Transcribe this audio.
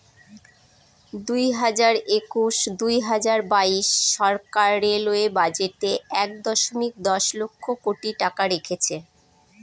দুই হাজার একুশ দুই হাজার বাইশ সরকার রেলওয়ে বাজেটে এক দশমিক দশ লক্ষ কোটি টাকা রেখেছে